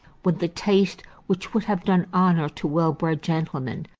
with the taste which would have done honour to well bred gentlemen,